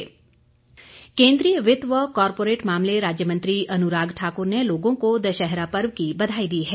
अनुराग ठाक्र केन्द्रीय वित्त व कॉरपोरेट मामले राज्य मंत्री अनुराग ठाकुर ने लोगों को दशहरा पर्व की बधाई दी है